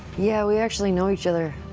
yeah, we actually know each other.